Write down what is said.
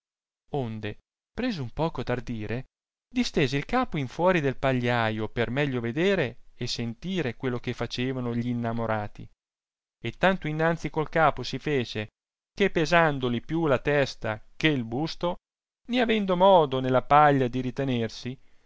onde preso un poco d'ardire distese il capo in fuori del pagliaio per meglio vedere e sentire quello che facevano gli innamorati e tanto innanzi col capo si fece che pesandoli più la testa che il busto né avendo modo nella aglia di ritenersi